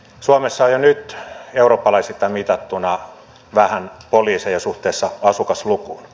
suomessa on jo nyt eurooppalaisittain mitattuna vähän poliiseja suhteessa asukaslukuun